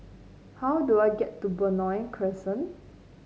how do I get to Benoi Crescent